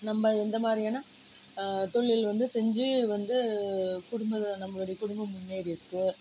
நம்ம இந்தமாதிரியான தொழில் வந்து செஞ்சு வந்து குடும்பத்தை நம்மளுடைய குடும்பம் முன்னேறி இருக்குது